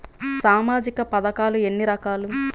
సామాజిక పథకాలు ఎన్ని రకాలు?